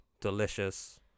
delicious